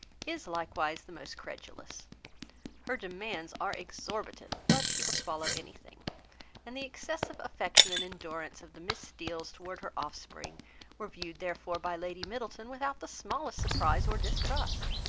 is likewise the most credulous her demands are exorbitant but she will swallow any thing and the excessive affection and endurance of the miss steeles towards her offspring were viewed therefore by lady middleton without the smallest surprise or distrust.